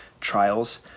trials